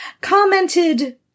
commented